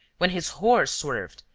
when his horse swerved,